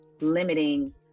limiting